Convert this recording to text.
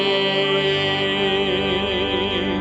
and